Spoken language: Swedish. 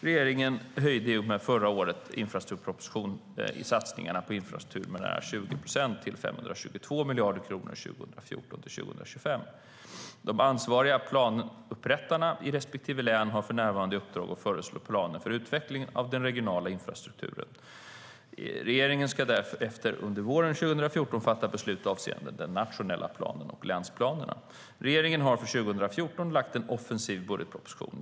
Regeringen höjde i och med förra årets infrastrukturproposition satsningarna på infrastruktur med nära 20 procent till 522 miljarder kronor 2014-2025. De ansvariga planupprättarna i respektive län har för närvarande i uppdrag att föreslå planer för utveckling av den regionala transportinfrastrukturen. Regeringen ska därefter under våren 2014 fatta beslut avseende den nationella planen och länsplanerna. Regeringen har för 2014 lagt en offensiv budgetproposition.